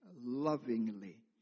lovingly